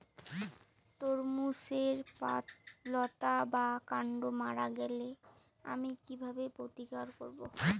তরমুজের লতা বা কান্ড মারা গেলে আমি কীভাবে প্রতিকার করব?